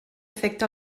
afecta